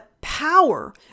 power